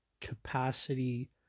capacity